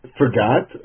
forgot